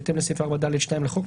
בהתאם לסעיף 4(ד)(2) לחוק,